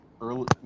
early